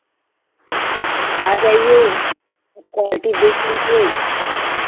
आप आ जाईए सब क्वालिटी देख लीजिए